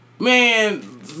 Man